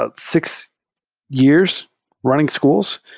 ah six years running schools,